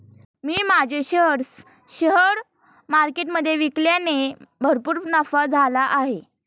मी माझे shares share मार्केटमधे विकल्याने भरपूर नफा झाला आहे